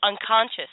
unconscious